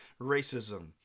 racism